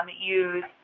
use